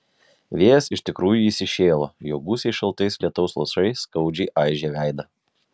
vėjas iš tikrųjų įsišėlo jo gūsiai šaltais lietaus lašais skaudžiai aižė veidą